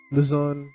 Luzon